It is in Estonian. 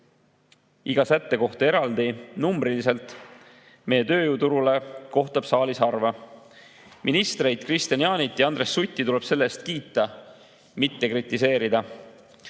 iga sätte kohta eraldi numbriliselt meie tööjõuturule, kohtab saalis harva. Ministreid Kristian Jaanit ja Andres Sutti tuleb selle eest kiita, mitte kritiseerida.